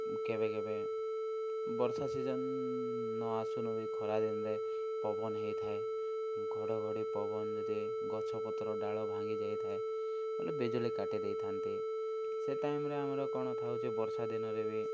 କେବେ କେବେ ବର୍ଷା ସିଜନ୍ ନ ଆସୁଣୁ ବି ଖରାଦିନରେ ପବନ ହେଇଥାଏ ଘଡ଼ଘଡ଼ି ପବନ ଯଦି ଗଛ ପତ୍ର ଡାଳ ଭାଙ୍ଗି ଯାଇଥାଏ ବଲେ ବିଜୁଳି କାଟି ଦେଇଥାନ୍ତି ସେ ଟାଇମ୍ରେ ଆମର କ'ଣ ଥାଉଛି ବର୍ଷା ଦିନରେ ବି